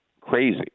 Crazy